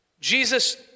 Jesus